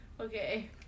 Okay